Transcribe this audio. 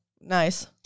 Nice